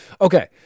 Okay